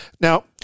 Now